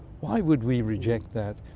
why would we reject that?